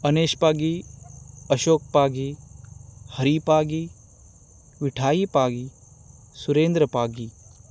Anesh Pagi Ashok Pagi Hari Pagi Vithai Pagi Surendra Pagi